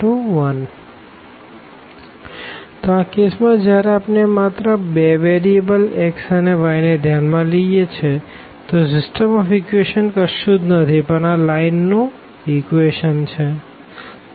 તો આ કેસ માં જયારે આપણે માત્ર બે વેરીએબલ x અને yને ધ્યાન માં લઈએ છે તો સીસ્ટમ ઓફ ઇક્વેશંસ કશું જ નથી પણ લાઈન નું ઇક્વેશન છે